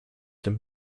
dem